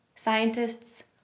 Scientists